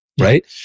right